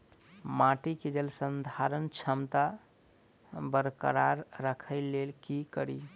माटि केँ जलसंधारण क्षमता बरकरार राखै लेल की कड़ी?